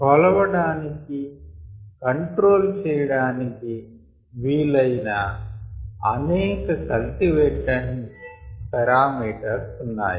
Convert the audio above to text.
కొలవడానికి కంట్రోల్ చేయడానికి వీలయిన అనేక కల్టివేషన్ పారామీటర్స్ ఉన్నాయి